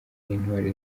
n’intore